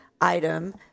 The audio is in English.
item